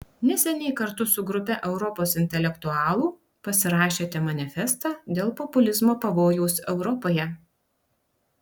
neseniai kartu su grupe europos intelektualų pasirašėte manifestą dėl populizmo pavojaus europoje